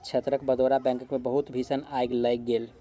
क्षेत्रक बड़ौदा बैंकक मे बहुत भीषण आइग लागि गेल